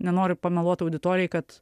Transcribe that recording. nenoriu pameluot auditorijai kad